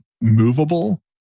movable